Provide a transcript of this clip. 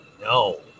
No